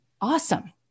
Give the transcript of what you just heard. awesome